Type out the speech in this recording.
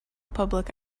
public